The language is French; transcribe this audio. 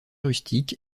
rustique